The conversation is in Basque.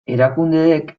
erakundeek